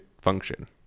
function